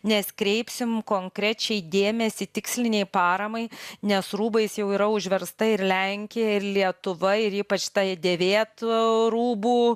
nes kreipsim konkrečiai dėmesį tikslinei paramai nes rūbais jau yra užversta ir lenkija ir lietuva ir ypač tai dėvėtų rūbų